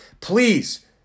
Please